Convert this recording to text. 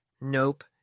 Nope